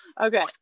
Okay